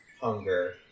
Hunger